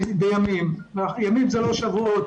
ימים זה לא שבועות.